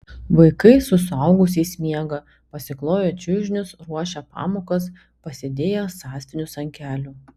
vaikai su suaugusiais miega pasikloję čiužinius ruošia pamokas pasidėję sąsiuvinius ant kelių